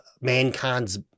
mankind's